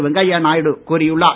வெங்கைய நாயுடு கூறியுள்ளார்